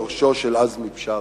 יורשו של עזמי בשארה.